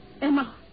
Emma